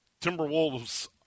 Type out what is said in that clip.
Timberwolves